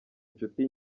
inshuti